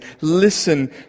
Listen